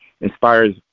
inspires